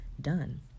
done